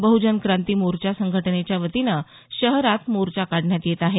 बह्जन क्रांती मोर्चा संघटनेच्या वतीनं शहरात मोर्चा काढण्यात येत आहे